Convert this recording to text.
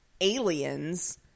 aliens